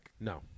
No